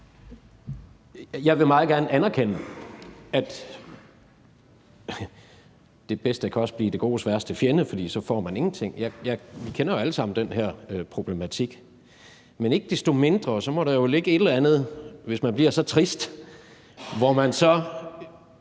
Jeg vil meget gerne anerkende, at det bedste også kan blive det godes værste fjende, for så får man ingenting. Vi kender jo alle sammen den her problematik. Men ikke desto mindre må der jo være et eller andet – hvis man bliver så trist – hvor man så